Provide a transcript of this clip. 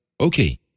Okay